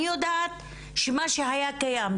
אני יודעת שמה שהיה קיים,